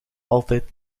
altijd